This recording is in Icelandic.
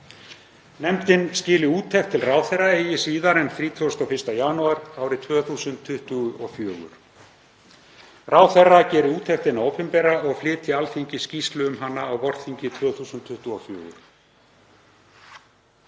Nefndin skili úttekt til ráðherra eigi síðar en 31. janúar 2024. Ráðherra geri úttektina opinbera og flytji Alþingi skýrslu um hana á vorþingi 2024.“